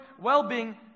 well-being